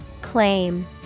Claim